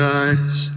eyes